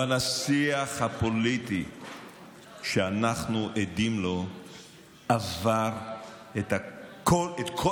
אבל השיח הפוליטי שאנחנו עדים לו עבר את כל